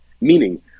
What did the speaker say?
meaning